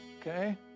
Okay